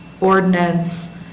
ordinance